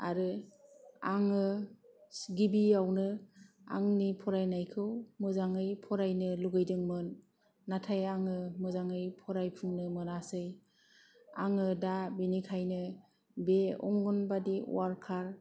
आरो आङो गिबियावनो आंनि फारयनायखौ मोजाङै फरायनो लुबैदोंमोन नाथाय आङो मोजाङै फराफुंनो मोनासै आङो दा बिनिखायनो बे अंगनबादि वारकार